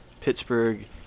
Pittsburgh